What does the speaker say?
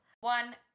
One